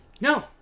No